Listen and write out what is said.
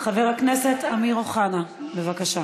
חבר הכנסת אמיר אוחנה, בבקשה.